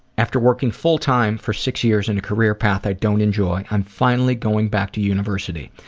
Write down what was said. after working full-time for six years in a career path i don't enjoy, i'm finally going back to university.